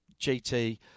GT